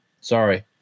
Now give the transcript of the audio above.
sorry